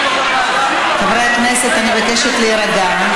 חברי הכנסת, אני מבקשת להירגע.